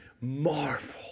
marvel